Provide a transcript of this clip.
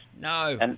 No